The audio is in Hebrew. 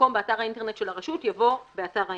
במקום ב"אתר האינטרנט של הרשות" יבוא "באתר האינטרנט".